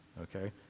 okay